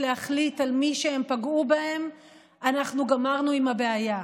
להחליט על מי שהם פגעו בהם אנחנו גמרנו עם הבעיה.